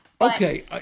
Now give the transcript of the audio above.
okay